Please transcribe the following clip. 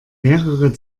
mehrere